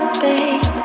babe